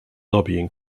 lobbying